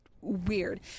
weird